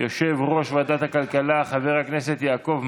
חברת הכנסת מרב